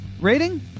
Rating